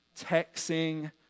texting